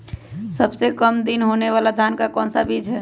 सबसे काम दिन होने वाला धान का कौन सा बीज हैँ?